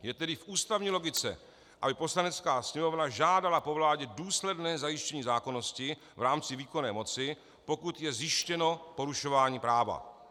Je tedy v ústavní logice, aby Poslanecká sněmovna žádala po vládě důsledné zajištění zákonnosti v rámci výkonné moci, pokud je zjištěno porušování práva.